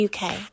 UK